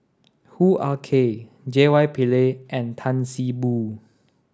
Hoo Ah Kay J Y Pillay and Tan See Boo